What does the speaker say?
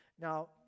Now